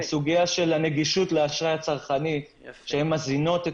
הסוגיה של הנגישות לאשראי הצרכני שמזינות את